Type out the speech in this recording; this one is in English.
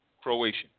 Croatian